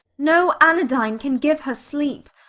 no anodyne can give her sleep!